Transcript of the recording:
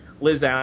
liz